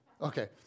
Okay